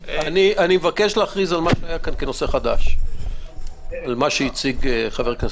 אני מבקש להכריז נושא חדש על ההסתייגות הזאת.